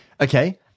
Okay